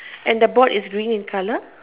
and the board is green in color